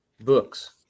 books